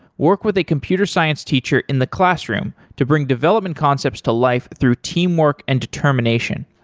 work with a computer science teacher in the classroom to bring development concepts to life through teamwork and determination.